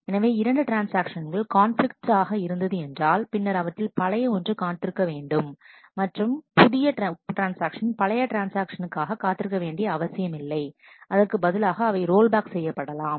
எனவே இரண்டு ட்ரான்ஸ்ஆக்ஷன்கள் கான்பிலிக்ட் ஆக இருந்தது என்றால் பின்னர் அவற்றில் பழைய ஒன்று காத்திருக்க வேண்டும் மற்றும் புதிய ட்ரான்ஸ்ஆக்ஷன் பழைய ட்ரான்ஸ்ஆக்ஷனுக்காக காத்திருக்க வேண்டிய அவசியம் இல்லை அதற்கு பதிலாக அவை ரோல்பேக் செய்யப்படலாம்